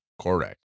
Correct